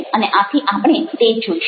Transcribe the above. અને આથી આપણે તે જોઈશું